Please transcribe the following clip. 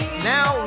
now